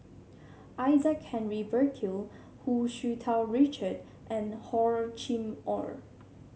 Isaac Henry Burkill Hu Tsu Tau Richard and Hor Chim Or